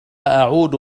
أعود